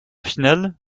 finale